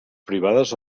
privades